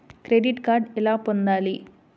Credit card ఎలా పొందాలి?